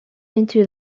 into